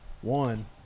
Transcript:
One